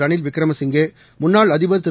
ரனில் விக்ரமசிங்கே முன்னாள் அதிபர் திரு